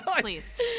Please